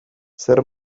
zer